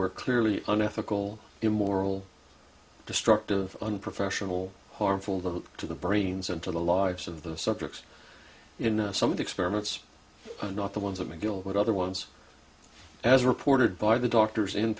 were clearly an ethical immoral destructive unprofessional harmful the to the brains and to the lives of the subjects in some of the experiments and not the ones at mcgill with other ones as reported by the doctors